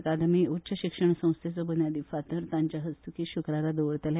अकादमी उच्च शिक्षण संस्थेचो बुनयादी फातर तांच्या हस्तुकी शुक्रारा दवरतले